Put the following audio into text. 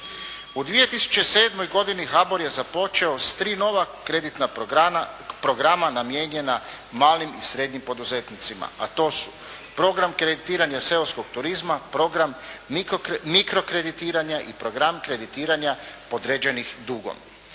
U 2007. godini HBOR je započeo s 3 nova kreditna programa namijenjena malim i srednjim poduzetnicima, a to su program kreditiranja seoskog turizma, program mikro kreditiranja i program kreditiranja podređenih dugom.